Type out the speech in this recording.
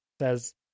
says